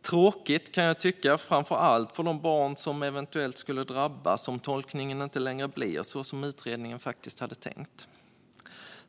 Det är tråkigt, kan jag tycka, framför allt för de barn som eventuellt skulle drabbas om tolkningen inte längre blir så som utredningen faktiskt hade tänkt.